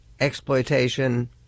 exploitation